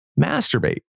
masturbate